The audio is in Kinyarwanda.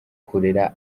kurera